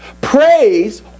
Praise